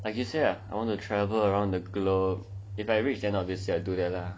like you say ah I want to travel around the globe if I rich then obviously I'll do that lah